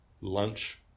lunch